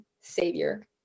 savior